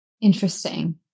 Interesting